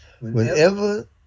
Whenever